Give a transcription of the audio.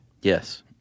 Yes